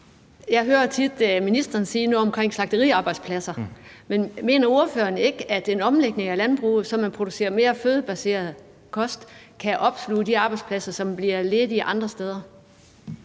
Jeg hører tit ministeren sige noget omkring slagteriarbejdspladser. Men mener ordføreren ikke, at en omlægning af landbruget, så man producerer mere plantebaseret kost, kan fastholde nogle af de arbejdspladser, der forsvinder andre steder?